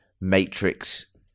Matrix